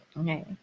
Okay